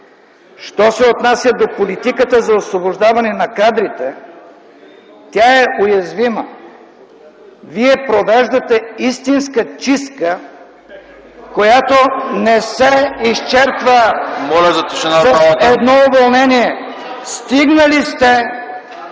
Що се отнася до политиката за освобождаване на кадрите, тя е уязвима. Вие провеждате истинска чистка, която не се изчерпва с едно уволнение. (Силен